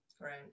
Right